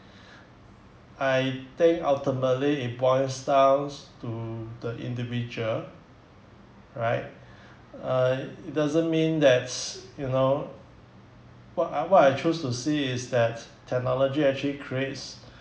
I think ultimately it boils outs to the individual right uh it doesn't mean that s~ you know what I what I choose to see is that technology actually creates